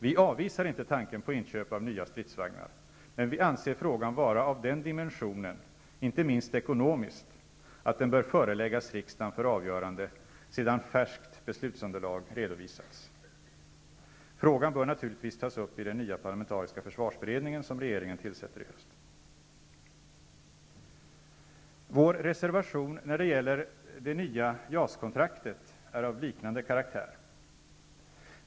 Vi avvisar inte tanken på inköp av nya stridsvagnar, men vi anser frågan vara av den dimensionen, inte minst ekonomiskt, att den bör föreläggas riksdagen för avgörande sedan färskt beslutsunderlag redovisats. Frågan bör naturligtvis tas upp i den nya parlamentariska försvarsberedning som regeringen tillsätter i höst. kontraktet är av liknande karaktär.